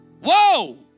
Whoa